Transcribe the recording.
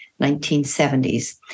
1970s